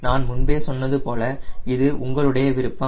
நான் முன்பே சொன்னது போல இது உங்களுடைய விருப்பம்